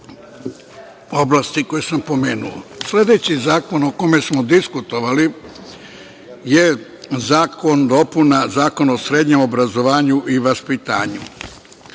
oblasti koje sam pomenuo. Sledeći zakon o kome smo diskutovali je dopuna Zakona o srednjem obrazovanju i vaspitanju.